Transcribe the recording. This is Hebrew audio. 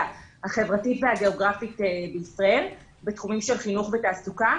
החברתית והגאוגרפית בישראל בתחומים של חינוך ותעסוקה.